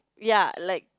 ya like